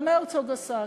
גם הרצוג עשה,